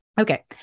Okay